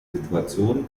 situation